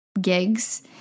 gigs